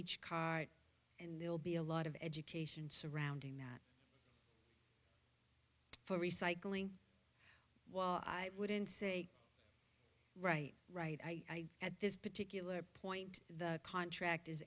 each cart and they'll be a lot of education surrounding that for recycling well i wouldn't say right right i at this particular point the contract